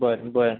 बर बर